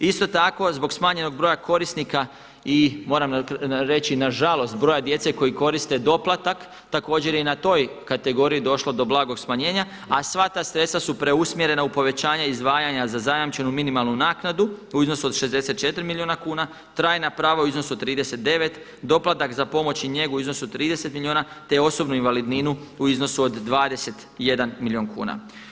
Isto tako zbog smanjenog broja korisnika i moram reći na žalost broja djece koji koriste doplatak također je i na toj kategoriji došlo do blagog smanjenja, a sva ta sredstva su preusmjerena u povećanje izdvajanja za zajamčenu minimalnu naknadu u iznosu od 64 milijuna kuna, trajna prava u iznosu od 39, doplatak za pomoć i njegu u iznosu od 30 milijuna, te osobnu invalidninu u iznosu od 21 milijun kuna.